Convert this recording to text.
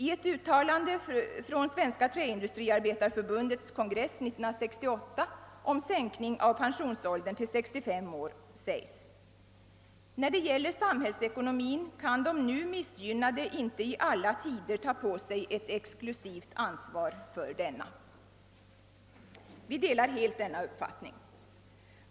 I ett utlåtande från Svenska träindustriarbetareförbundets kongress 1968 om sänkning av pensionsåldern till 65 år heter det: »När det gäller samhällsekonomin, kan de nu missgynnade inte i alla tider ta på sig ett exklusivt ansvar för denna.» Vi delar helt den uppfattningen.